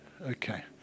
Okay